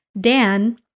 Dan